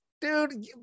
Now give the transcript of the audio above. dude